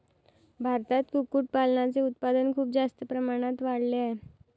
भारतात कुक्कुटपालनाचे उत्पादन खूप जास्त प्रमाणात वाढले आहे